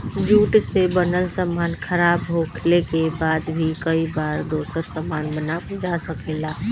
jute से बनल सामान खराब होखले के बाद भी कई बार दोसर सामान बनावल जा सकेला